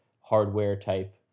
hardware-type